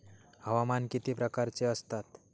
हवामान किती प्रकारचे असतात?